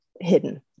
hidden